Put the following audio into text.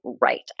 right